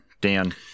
Dan